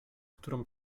którą